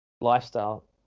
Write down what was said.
lifestyle